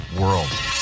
world